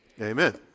amen